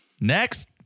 next